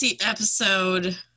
episode